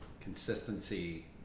consistency